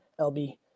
LB